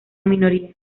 minoría